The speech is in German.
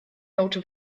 note